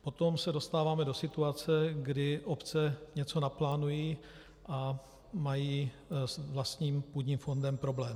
Potom se dostáváme do situace, kdy obce něco naplánují a mají s vlastním půdním fondem problém.